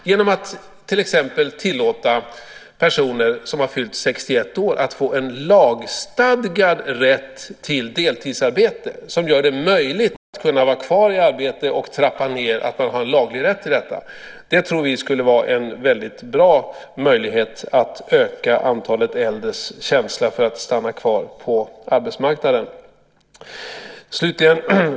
Man skulle till exempel kunna ge personer som har fyllt 61 år en lagstadgad rätt till deltidsarbete som gör det möjligt att vara kvar i arbete och trappa ned. Man skulle kunna ha en laglig rätt till detta. Det tror vi skulle vara en väldigt bra möjlighet att öka de äldres känsla för att stanna kvar på arbetsmarknaden. Fru talman!